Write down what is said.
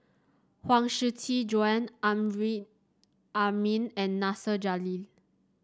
Huang Shiqi Joan Amrin Amin and Nasir Jalil